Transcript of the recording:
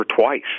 twice